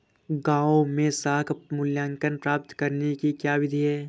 गाँवों में साख मूल्यांकन प्राप्त करने की क्या विधि है?